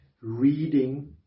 reading